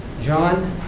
John